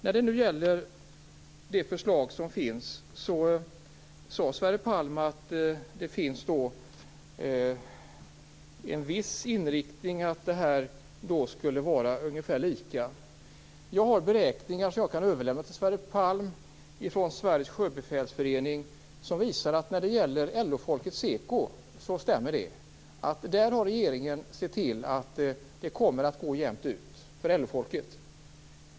Vad gäller det förslag som finns sade Sverre Palm att det finns en viss inriktning som skulle innebära att det blir ungefär lika. Jag har beräkningar som jag kan överlämna till Sverre Palm från Sveriges sjöbefälsförening, som visar att det beträffande LO-folket SEKO stämmer. Där har regeringen sett till att det kommer att gå jämnt ut för LO-folket.